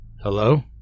Hello